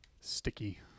Sticky